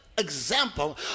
example